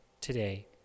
today